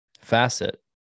facet